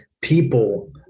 people